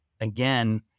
again